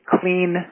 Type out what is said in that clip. clean